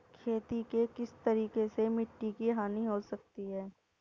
खेती के किस तरीके से मिट्टी की हानि हो सकती है?